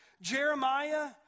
Jeremiah